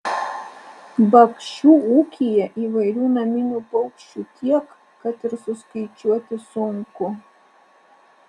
bakšių ūkyje įvairių naminių paukščių tiek kad ir suskaičiuoti sunku